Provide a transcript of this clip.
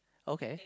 okay